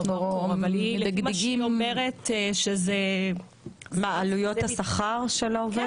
אבל היא אומרת שזה --- עלויות השכר של העובד?